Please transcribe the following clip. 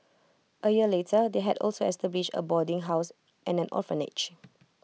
A year later they had also established A boarding house and an orphanage